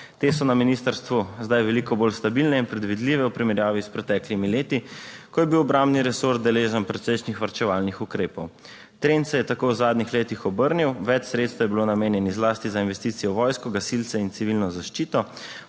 Te so na ministrstvu zdaj veliko bolj stabilne in predvidljive v primerjavi s preteklimi leti, ko je bil obrambni resor deležen precejšnjih varčevalnih ukrepov. Trend se je tako v zadnjih letih obrnil, več sredstev je bilo namenjenih zlasti za investicije v vojsko, gasilce in civilno zaščito,